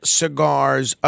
cigars